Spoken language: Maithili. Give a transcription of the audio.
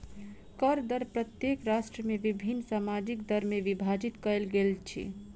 कर दर प्रत्येक राष्ट्र में विभिन्न सामाजिक दर में विभाजित कयल गेल अछि